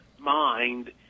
mind